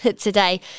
today